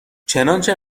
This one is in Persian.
چنانچه